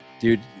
Dude